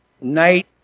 night